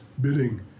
bidding